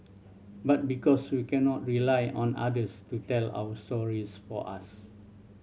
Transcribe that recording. but because we cannot rely on others to tell our stories for us